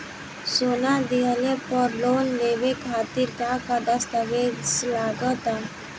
सोना दिहले पर लोन लेवे खातिर का का दस्तावेज लागा ता?